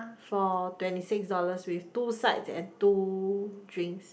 for twenty six dollars with two sides and two drinks